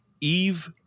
Eve